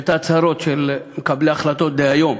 ואת ההצהרות של מקבלי ההחלטות דהיום,